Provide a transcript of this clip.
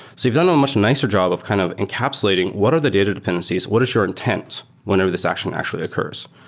so you've done a ah much nicer job of kind of encapsulating what are the data dependencies? what is your intense whenever this action actually occurs?